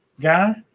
guy